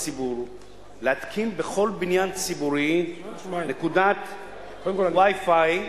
הציבור להתקין בכל בניין ציבורי נקודת Wi-Fi,